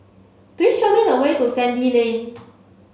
please show me the way to Sandy Lane